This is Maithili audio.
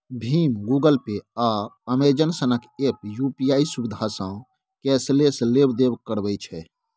भीम, गुगल पे, आ अमेजन सनक एप्प यु.पी.आइ सुविधासँ कैशलेस लेब देब करबै छै